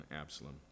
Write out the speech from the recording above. Absalom